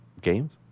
games